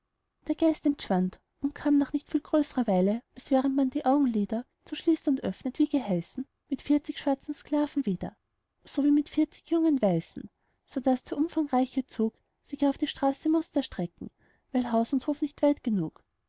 der geist entschwand und kam nach nicht viel größrer weile als während man die augenlider zuschließt und öffnet wie geheißen mit vierzig schwarzen sklaven wieder sowie mit vierzig jungen weißen sodaß der umfangreiche zug sich auf die straße mußt erstrecken weil haus und hof nicht weit genug